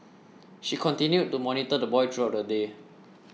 she continued to monitor the boy throughout the day